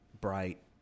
bright